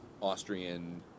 Austrian